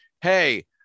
hey